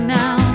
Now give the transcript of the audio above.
now